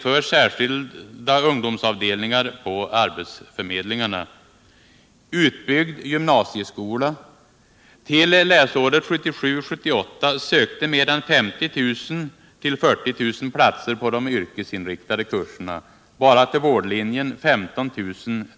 För kvinnorna är situationen än värre.